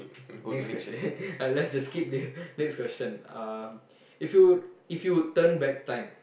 next question let's just skip this next question uh if you if you could turn back time